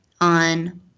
on